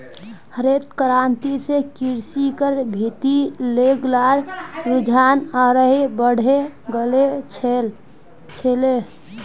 हरित क्रांति स कृषिर भीति लोग्लार रुझान आरोह बढ़े गेल छिले